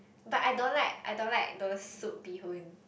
but I don't like I don't like those soup bee-hoon